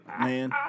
man